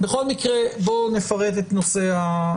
בכל מקרה, בואו נפרט את נושא התיעוד.